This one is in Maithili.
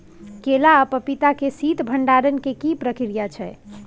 केला आ पपीता के शीत भंडारण के की प्रक्रिया छै?